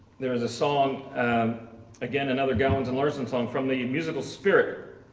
there is a song again another gallons and larson song from the musical spirit